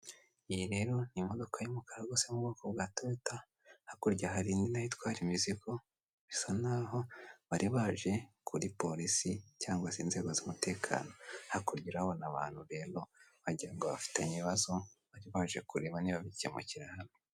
Iyi rero ni imodoka y'umukara rwose yo mu bwoko bwa Toyota, hakurya hari indi itwara imizigo bisa n'aho bari baje kuri polisi cyangwa se inzego z'umutekano, hakurya urahabona abantu rero wagira ngo bafitanye ibibazo baribaje baje kureba niba bikemukira hamwe.